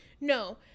No